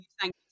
thank